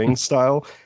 style